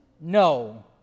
No